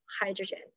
hydrogen